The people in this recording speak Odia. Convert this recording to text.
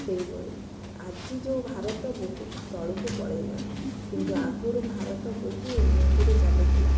ସେଇଭଳି ଆଜି ଯେଉଁ ଭାରତ ବହୁତ ତଳକୁ ପଳାଇଲାଣି କିନ୍ତୁ ଆଗରୁ ଭାରତ ବହୁ ଉନ୍ନତିରେ ଚାଲୁଥିଲା